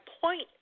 Point